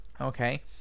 okay